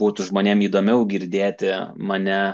būtų žmonėm įdomiau girdėti mane